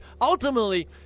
ultimately